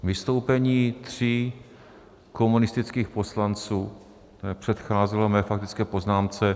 Vystoupení tří komunistických poslanců předcházelo mé faktické poznámce.